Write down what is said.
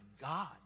God